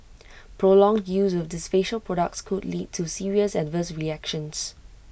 prolonged use of these facial products could lead to serious adverse reactions